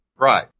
Right